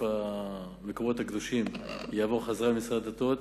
המקומות הקדושים יעבור חזרה למשרד הדתות,